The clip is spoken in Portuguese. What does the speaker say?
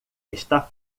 está